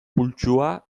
pultsua